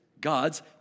God's